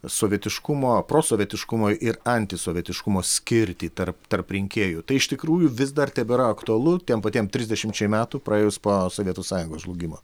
sovietiškumo prosovietiškumo ir antisovietiškumo skirtį tarp tarp rinkėjų tai iš tikrųjų vis dar tebėra aktualu tiem patiem trisdešimčiai metų praėjus po sovietų sąjungos žlugimo